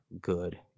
good